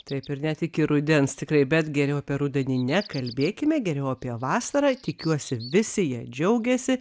taip ir net iki rudens tikrai bet geriau apie rudenį nekalbėkime geriau apie vasarą tikiuosi visi ja džiaugiasi